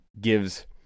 gives